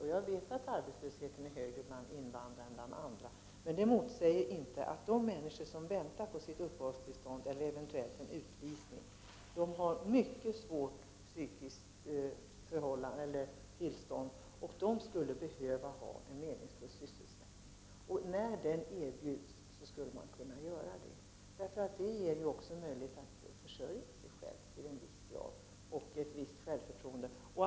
Jag vet dessutom att arbetslösheten är högre bland invandrarna än bland andra, men det motsäger inte att de människor som väntar på uppehållstillstånd eller eventuellt en utvisning psykiskt har det mycket svårt, och de skulle behöva ha en meningsfull sysselsättning. När sådan erbjuds borde man kunna acceptera detta. Det ger ju också flyktingarna en möjlighet att till viss grad försörja sig och ger dem ett visst självförtroende.